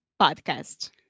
Podcast